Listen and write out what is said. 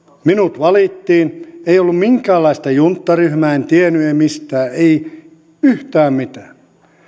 minut valittiin ei ollut minkäänlaista junttaryhmää en tiennyt mistään ei yhtään mitään